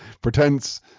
pretends